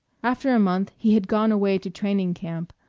after a month he had gone away to training-camp,